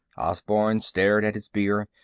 osborne stared at his beer.